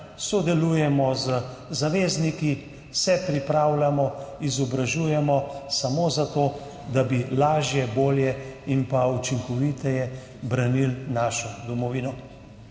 Sodelujemo z zavezniki, se pripravljamo, izobražujemo samo zato, da bi lažje, bolje in učinkoviteje branili svojo domovino.